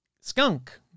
skunk